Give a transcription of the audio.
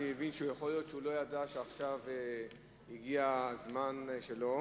אני מבין שיכול להיות שהוא לא ידע שעכשיו הגיע הזמן שלו.